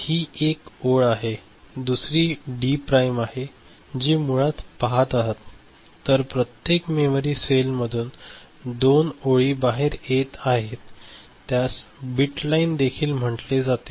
तर डी ही एक ओळ आहे दुसरी डी प्राइम आहे जी आपण मुळात पाहत आहात तर प्रत्येक मेमरी सेलमधून 2 ओळी बाहेर येत आहेत त्यास बिट लाइन देखील म्हटले जाते